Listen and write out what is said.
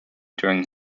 during